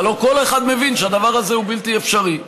הלוא כל אחד מבין שהדבר הזה הוא בלתי אפשרי.